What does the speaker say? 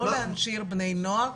לא להנשיר בני נוער.